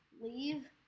leave